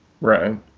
Right